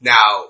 Now